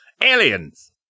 Aliens